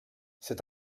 c’est